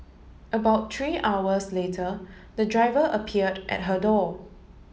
about tree hours later the driver appeared at her door